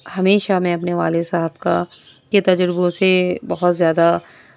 ہمیشہ میں اپنے والد صاحب کا کے تجربوں سے بہت زیادہ